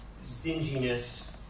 stinginess